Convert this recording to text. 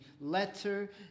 letter